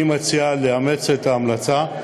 אני מציע לאמץ את ההמלצה,